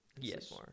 Yes